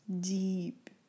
deep